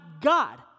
God